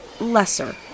lesser